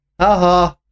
haha